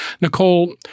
Nicole